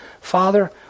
Father